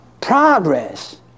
progress